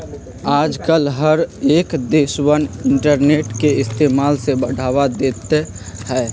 आजकल हर एक देशवन इन्टरनेट के इस्तेमाल से बढ़ावा देते हई